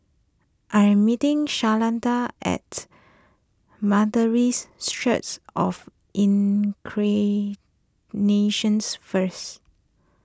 I am meeting Shalonda at Methodist Church of first